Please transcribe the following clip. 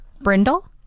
Brindle